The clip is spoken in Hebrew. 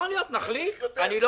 יכול להיות, נחליט, אני לא